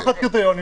התקנות.